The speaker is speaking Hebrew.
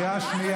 מה קריאה ראשונה?